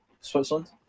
Switzerland